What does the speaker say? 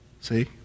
See